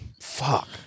fuck